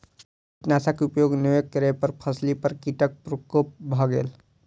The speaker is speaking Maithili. कीटनाशक उपयोग नै करै पर फसिली पर कीटक प्रकोप भ गेल